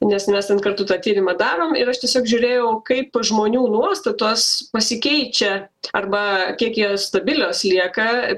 nes mes ten kartu tą tyrimą darom ir aš tiesiog žiūrėjau kaip žmonių nuostatos pasikeičia arba kiek jie stabilios lieka